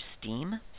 Steam